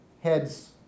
heads